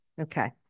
Okay